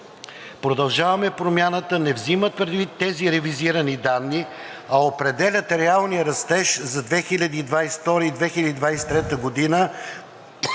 „Продължаваме Промяната“ не взима предвид тези ревизирани данни, а определят реалния растеж за 2022-а и